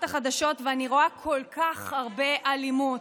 החדשות ואני רואה כל כך הרבה אלימות: